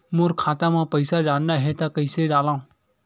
मोर खाता म पईसा डालना हे त कइसे डालव?